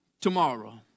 tomorrow